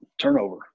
turnover